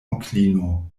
onklino